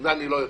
זה אני לא יודע,